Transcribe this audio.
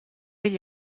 igl